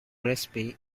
recipe